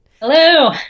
hello